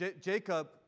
Jacob